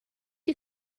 you